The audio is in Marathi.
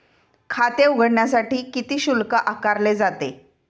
खाते उघडण्यासाठी किती शुल्क आकारले जाते?